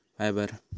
fibre